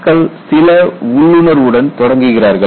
மக்கள் சில உள்ளுணர்வுடன் தொடங்குகிறார்கள்